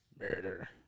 Murder